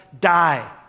die